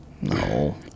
No